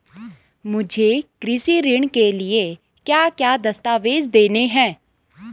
मुझे कृषि ऋण के लिए क्या क्या दस्तावेज़ देने हैं?